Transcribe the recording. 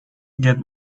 get